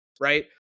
Right